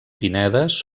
components